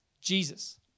Jesus